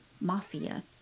mafia